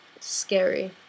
scary